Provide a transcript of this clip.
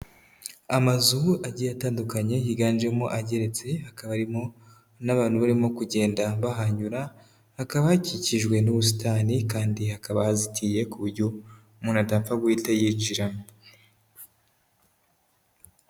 Amazu agiye atandukanye higanjemo ageretse hakaba harimo n'abantu barimo kugenda bahanyura, hakaba hakikijwe n'ubusitani kandi hakaba hazitiye ku buryo umuntu atapfa guhita yinjiramo.